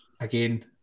again